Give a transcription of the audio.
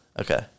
Okay